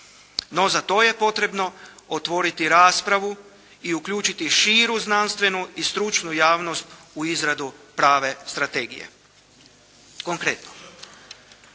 No, za to je potrebno otvoriti raspravu i uključiti širu znanstvenu i stručnu javnost u izradu prave strategije,